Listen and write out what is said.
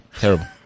Terrible